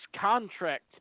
contract